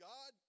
God